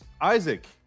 Isaac